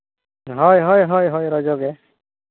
ᱦᱳᱭ ᱦᱳᱭ ᱦᱳᱭ ᱦᱳᱭ ᱨᱚᱡᱚ ᱜᱮ